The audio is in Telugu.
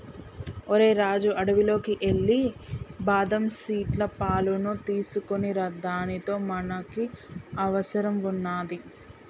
ఓరై రాజు అడవిలోకి ఎల్లి బాదం సీట్ల పాలును తీసుకోనిరా దానితో మనకి అవసరం వున్నాది